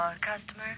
customer